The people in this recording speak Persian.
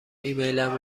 ایمیلم